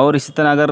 اور اسی طرح اگر